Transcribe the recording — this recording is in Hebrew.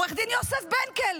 עו"ד יוסף בנקל,